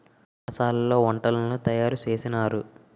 వంటశాలలో వంటలను తయారు చేసినారు